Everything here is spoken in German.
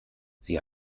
sie